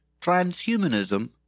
transhumanism